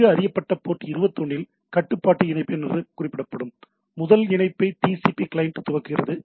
நன்கு அறியப்பட்ட போர்ட் 21 இல் கட்டுப்பாட்டு இணைப்பு என குறிப்பிடப்படும் முதல் இணைப்பை TCP கிளையன்ட் துவக்குகிறது